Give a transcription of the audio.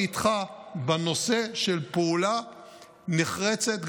אני איתך בנושא של פעולה נחרצת,